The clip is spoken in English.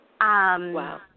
Wow